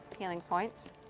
healing points,